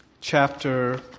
chapter